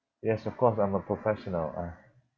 yes of course I'm a professional ah